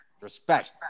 Respect